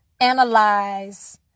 analyze